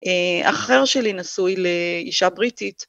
אחר שלי נשוי לאישה בריטית.